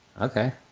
Okay